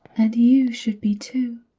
and you should be, too.